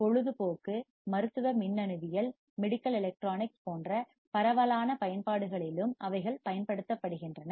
பொழுதுபோக்கு மருத்துவ மின்னணுவியல் மெடிக்கல் எலக்ட்ரானிக்ஸ் போன்ற பரவலான பயன்பாடுகளிலும் அவைகள் பயன்படுத்தப்படுகின்றன